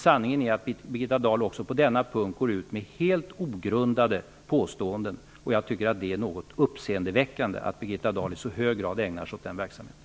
Sanningen är att Birgitta Dahl också på denna punkt går ut med helt ogrundade påståenden. Jag tycker att det är något uppseendeväckande att hon i så hög grad ägnar sig åt den verksamheten.